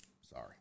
Sorry